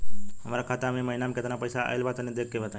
हमरा खाता मे इ महीना मे केतना पईसा आइल ब तनि देखऽ क बताईं?